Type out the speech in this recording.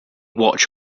watch